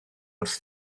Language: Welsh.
wrth